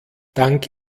dank